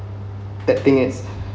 that thing is